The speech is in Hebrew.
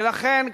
ולכן,